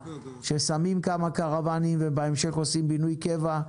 ששמים כמה קרוואנים ובהמשך עושים בינוי קבע.